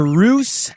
Bruce